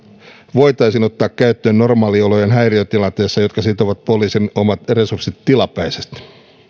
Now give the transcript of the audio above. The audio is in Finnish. voitaisiin ottaa käyttöön normaaliolojen häiriötilanteissa jotka sitovat poliisin omat resurssit tilapäisesti